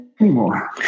anymore